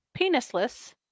penisless